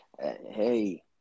hey